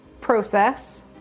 process